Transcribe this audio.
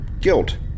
Guilt